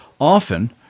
often